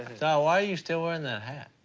so why are you still wearing that hat?